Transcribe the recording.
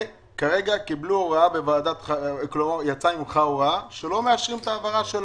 כרגע יצאה ממך הוראה שלא מאשרים את ההעברה שלהן,